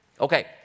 Okay